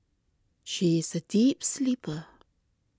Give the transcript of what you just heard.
she is a deep sleeper